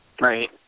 Right